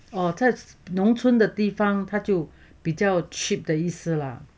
哦在农村的地方它就比较 cheap 的意思啦